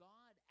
God